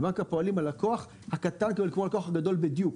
בבנק הפועלים הלקוח הקטן מקבל כמו הלקוח הגדול בדיוק.